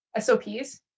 SOPs